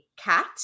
cat